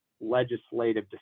legislative